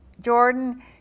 Jordan